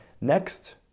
next